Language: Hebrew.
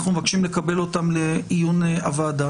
אני מבקש לקבל אותם לעיון הוועדה.